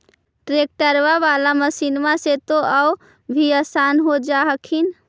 ट्रैक्टरबा बाला मसिन्मा से तो औ भी आसन हो जा हखिन?